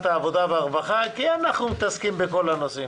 העבודה והרווחה כי אנחנו מתעסקים בכל הנושאים.